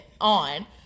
on